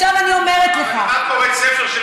אבל אם את קוראת ספר של